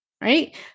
right